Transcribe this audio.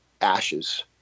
ashes